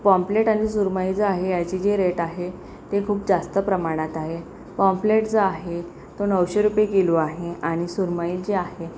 pomfret आणि सुरमई जे आहे यांची जे रेट आहे ते खूप जास्त प्रमाणात आहे पाँम्प्लेट जो आहे तो नऊशे रुपये किलो आहे आणि सुरमई जी आहे